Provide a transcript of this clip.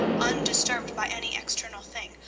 undisturbed by any external thing,